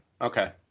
okay